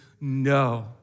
No